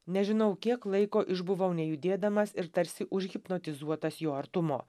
nežinau kiek laiko išbuvau nejudėdamas ir tarsi užhipnotizuotas jo artumo